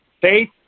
Faith